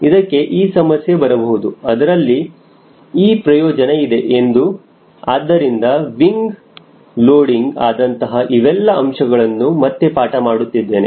ಇದಕ್ಕೆ ಈ ಸಮಸ್ಯೆ ಬರಬಹುದು ಇದರಲ್ಲಿ ಈ ಪ್ರಯೋಜನ ಇದೆ ಎಂದು ಆದ್ದರಿಂದ ವಿಂಗ ಲೋಡಿಂಗ್ ಆದಂತಹ ಇವೆಲ್ಲ ಅಂಶಗಳನ್ನು ಮತ್ತೆ ಪಾಠ ಮಾಡುತ್ತಿದ್ದೇನೆ